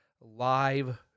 live